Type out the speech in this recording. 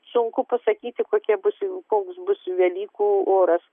sunku pasakyti kokie bus koks bus velykų oras